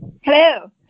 Hello